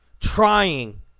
trying